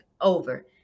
over